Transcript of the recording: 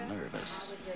nervous